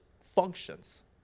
functions